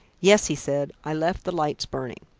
yes, he said, i left the lights burning.